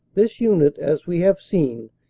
this unit, as we have seen,